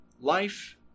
Life